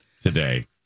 today